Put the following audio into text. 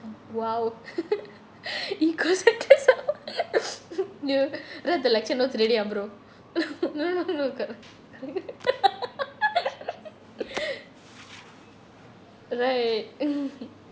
!wow! he goes and takes her out ya right the lecture no~ ah bro no no no no ga~ right mm